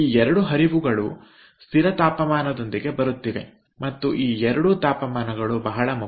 ಈ 2 ಹರಿವುಗಳು ಸ್ಥಿರ ತಾಪಮಾನದೊಂದಿಗೆ ಬರುತ್ತಿವೆ ಮತ್ತು ಈ 2 ತಾಪಮಾನಗಳು ಬಹಳ ಮುಖ್ಯ